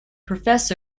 prof